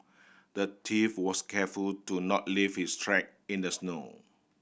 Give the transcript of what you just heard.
the thief was careful to not leave his track in the snow